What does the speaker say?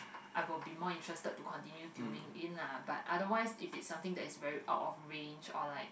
I'll be more interested to continue tuning in lah but otherwise if it something that is out of range or like